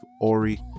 ori